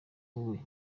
wowe